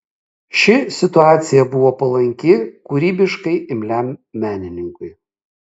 ši situacija buvo palanki kūrybiškai imliam menininkui